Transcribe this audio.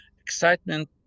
excitement